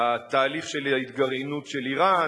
תהליך ההתגרענות של אירן,